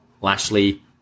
Lashley